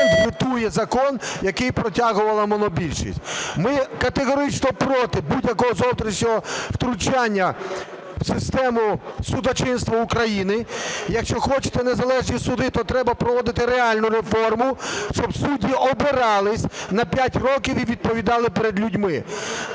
ветує закон, який протягувала монобільшість. Ми категорично проти будь-якого зовнішнього втручання в систему судочинства України. Якщо хочете незалежні суди, то треба проводити реальну реформу, щоб судді обирались на п'ять років і відповідали перед людьми.